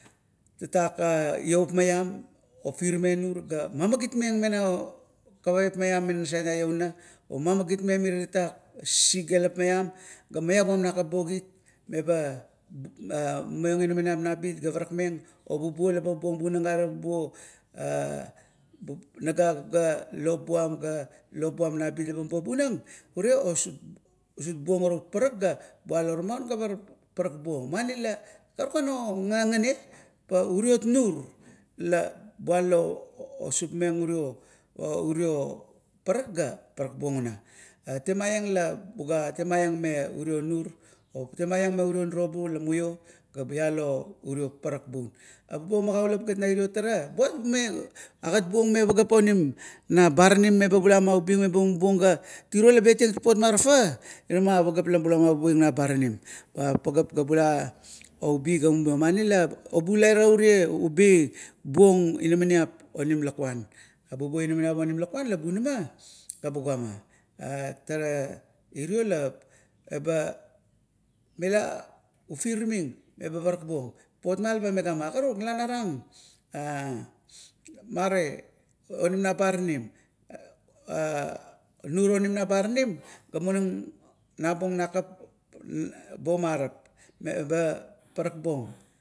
Tatak ioup maiam, ofirmeng nur ga magitmeng mena kavapmaiam me nasait na iouna, omamagitmeng sisigalap maiam, ga maiabuam nap bogit, meba mumaiong inamaniap nabit ga parakmeng, obubuo lama mubuong bunang are bubuo nagap ga lop buam ga lop buam nabit la ba mubuong bunang, ure osukbuong ara paparak, ga bualo maun, muana lakaruka ogane pa uriot nur, la bualo osupmeng urio, urio parak ga parak buong una. Temaieng la buga temaieng me iurio nur, otemaieng me urio nirobu la muioo ga ialo paparak bun. E, bubuo magaulap gat na irio tara, buat bume agat buong me pageap onim na baranim, meba bula maubing, meba bula ga, tiro la betmeng papot ma tafaiap, me pageap la bula maubi na baranim, pa pagaep la bula obi ga mubiong muana la obulai rauri ubi bog inamaniap onim lakuan. Labubuo inamaniap onim lakuan la bunnama, ga bugama, tara irio leba, mila ufirming, meba parak buong, papot ma laba meama okruk nala narang marie onim na baranim, pa nur onim na baranim, ga munang nabung nakap, bomarap, ga parak buong